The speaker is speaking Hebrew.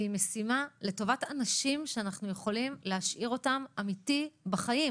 והיא משימה לטובת אנשים שאנחנו יכולים להשאיר אותם בחיים.